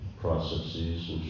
processes